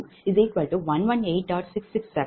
763122